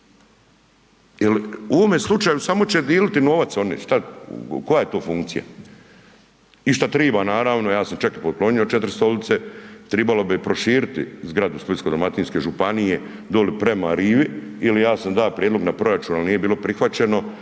u ovome slučaju samo će dijeliti novac oni, koja je to funkcija? I šta treba naravno, ja sam čak i poklonio 4 stolice, trebalo bi proširiti zgradu Splitsko-dalmatinske županije dolje prema rivi jer ja sam dao prijedlog na proračun ali nije bilo prihvaćeno